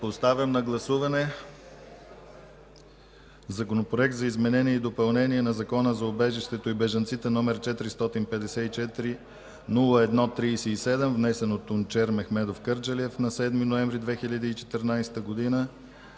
Поставям на гласуване Законопроект за изменение и допълнение на Закона за убежището и бежанците, № 454-01-37, внесен от Тунчер Мехмедов Кърджалиев на 7 ноември 2014 г.